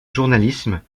journalisme